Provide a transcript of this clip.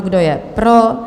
Kdo je pro?